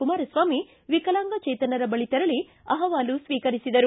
ಕುಮಾರಸ್ವಾಮಿ ವಿಕಲಾಂಗಚೇತನರ ಬಳಿ ತೆರಳಿ ಅಹವಾಲು ಸ್ವೀಕರಿಸಿದರು